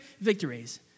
victories